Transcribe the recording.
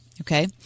Okay